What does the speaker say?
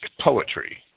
poetry